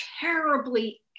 terribly